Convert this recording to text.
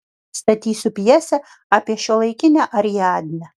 statysiu pjesę apie šiuolaikinę ariadnę